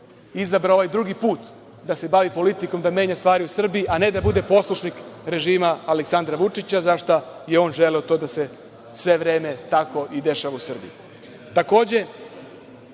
izabrao ovaj drugi put da se bavi politikom, da menja stvari u Srbiji, a ne da bude poslušnik režima Aleksandra Vučića, za šta je on želeo da se sve vreme tako i dešava u Srbiji. Takođe,